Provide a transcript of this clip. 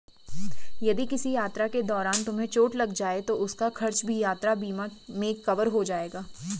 यदि किसी यात्रा के दौरान तुम्हें चोट लग जाए तो उसका खर्च भी यात्रा बीमा में कवर हो जाएगा